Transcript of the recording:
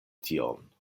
tion